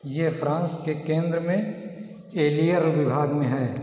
यह फ्रांस के केंद्र में एलियर विभाग में है